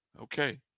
Okay